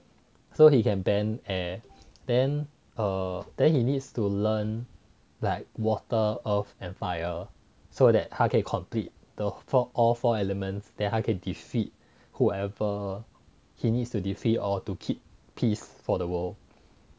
so he can bend air then err then he needs to learn like water earth and fire so that 他可以 complete the all four elements so 他可以 defeat whoever he needs to defeat or to keep peace for the world